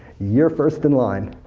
you're first in line.